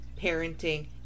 parenting